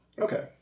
Okay